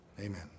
Amen